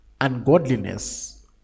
ungodliness